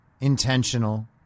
intentional